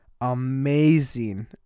amazing